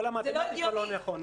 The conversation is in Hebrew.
כל המתמטיקה לא נכונה.